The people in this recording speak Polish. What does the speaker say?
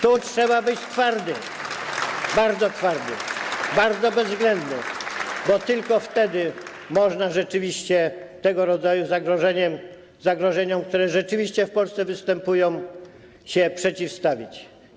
Tu trzeba być twardym, bardzo twardym, bardzo bezwzględnym, bo tylko wtedy można rzeczywiście tego rodzaju zagrożeniom, które rzeczywiście w Polsce występują, się przeciwstawić.